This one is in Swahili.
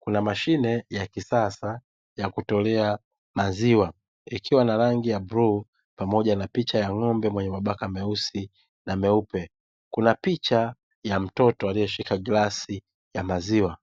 kuna mashine ya kisasa ya kutolea maziwa ikiwa na rangi ya bluu pamoja na picha ya ng'ombe mwenye mabaka meusi na meupe. Kuna picha ya mtoto aliyeshika glasi ya maziwa.